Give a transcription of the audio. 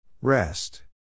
Rest